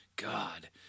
God